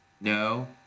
No